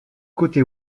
côté